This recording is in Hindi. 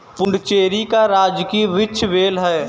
पुडुचेरी का राजकीय वृक्ष बेल है